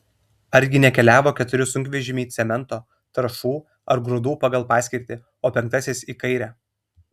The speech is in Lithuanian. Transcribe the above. argi nekeliavo keturi sunkvežimiai cemento trąšų ar grūdų pagal paskirtį o penktasis į kairę